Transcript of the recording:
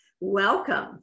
Welcome